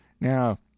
now